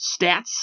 stats